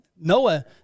Noah